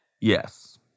Yes